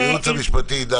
בגילי המופלג אני יכול לשכוח,